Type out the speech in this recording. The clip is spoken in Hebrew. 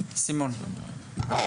סימון, בבקשה.